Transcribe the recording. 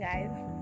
guys